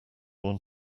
want